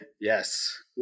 Yes